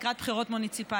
לקראת בחירות מוניציפליות,